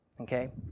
Okay